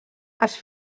els